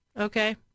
okay